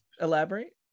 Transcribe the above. elaborate